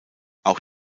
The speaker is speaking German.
auch